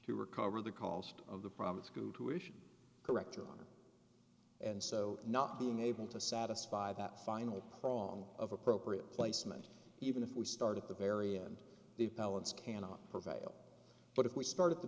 to recover the cost of the problem school tuition correct or longer and so not being able to satisfy that final prong of appropriate placement even if we start at the very end the balance cannot prevail but if we start at the